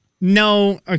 No